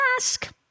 ask